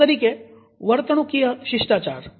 દાખલા તરીકે વર્તણુકીય શિષ્ટાચાર